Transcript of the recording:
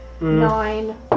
Nine